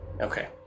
Okay